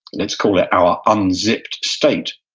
let's call it our unzipped state,